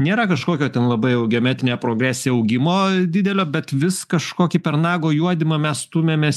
nėra kažkokio ten labai jau geometrinė progresija augimo didelio bet vis kažkokį per nago juodymą mes stumiamės